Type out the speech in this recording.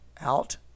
out